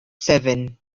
seven